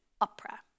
opera